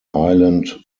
island